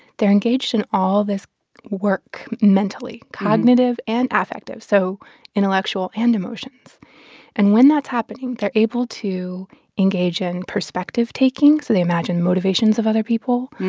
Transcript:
they're engaged in all this work, mentally cognitive and affective, so intellectual and emotions and when that's happening, they're able to engage in perspective-taking, so they imagine motivations of other people.